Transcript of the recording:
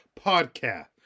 podcast